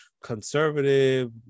conservative